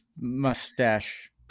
mustache